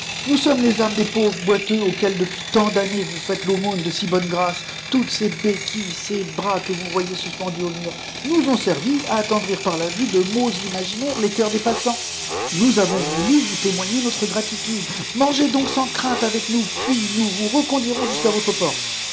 nous simes les âmes des pauvres boiteux auxquels depuis tant d'années vous faites l'aumône de si bonne grâce toutes ces béquilles ces bras que vous voyez pendus au mur faous ont servi à attendrir par la vue de maux imaginaires les cceurs des passants nous avons voulu vous témoigner notre gratitude mangez donc sans crainte avec nous puis nous vous reconduirons jusqu'à votre porte